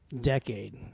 decade